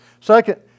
Second